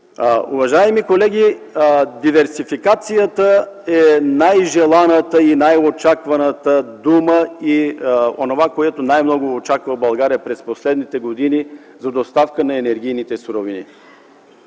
Уважаеми колеги, диверсификацията е най-желаната и най-очакваната дума и онова, което най-много очаква България през последните години за доставка на енергийните суровини.